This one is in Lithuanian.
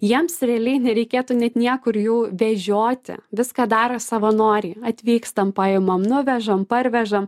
jiems realiai nereikėtų net niekur jų vežioti viską daro savanoriai atvykstam paimam nuvežam parvežam